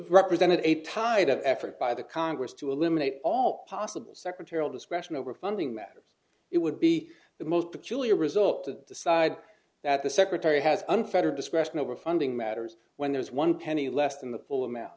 represented a tirade of effort by the congress to eliminate all possible secretarial discretion over funding matters it would be the most peculiar result to decide that the secretary has unfettered discretion over funding matters when there is one penny less than the full amount